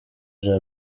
vya